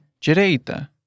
Direita